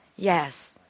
Yes